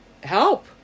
help